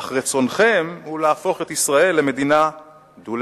אך רצונכם הוא להפוך את ישראל למדינה דו-לאומית,